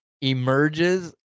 emerges